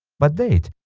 but wait!